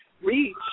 reach